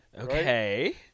Okay